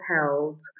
held